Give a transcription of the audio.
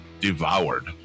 devoured